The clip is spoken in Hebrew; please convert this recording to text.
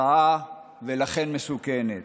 רעה ולכן מסוכנת.